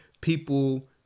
people